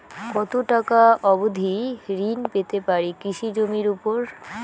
কত টাকা অবধি ঋণ পেতে পারি কৃষি জমির উপর?